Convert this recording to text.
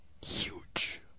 Huge